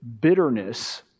bitterness